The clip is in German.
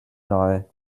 nahe